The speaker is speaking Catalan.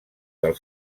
del